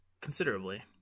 considerably